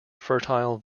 fertile